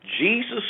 Jesus